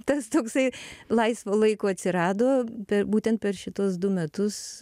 tas toksai laisvo laiko atsirado bet būtent per šituos du metus